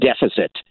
deficit